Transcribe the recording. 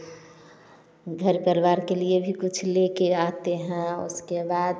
घर परिवार के लिए भी कुछ ले कर आते हैं उसके बाद